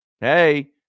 Hey